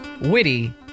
witty